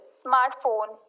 smartphone